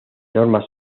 normas